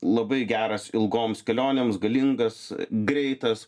labai geras ilgoms kelionėms galingas greitas